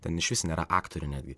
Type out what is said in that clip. ten išvis nėra aktorių netgi